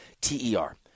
T-E-R